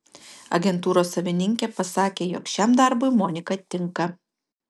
agentūros savininkė pasakė jog šiam darbui monika tinka